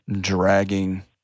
dragging